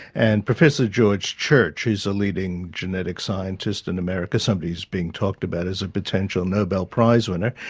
and professor george church, who's a leading genetic scientist in america, somebody who's being talked about as a potential nobel prize winner,